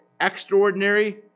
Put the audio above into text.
extraordinary